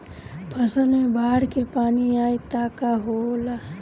फसल मे बाढ़ के पानी आई त का होला?